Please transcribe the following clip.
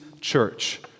Church